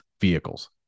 vehicles